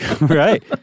right